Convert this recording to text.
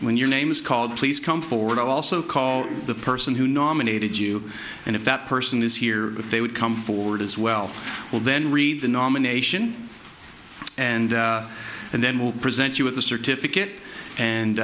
when your name is called please come forward also call the person who nominated you and if that person is here they would come forward as well well then read the nomination and and then we'll present you with the certificate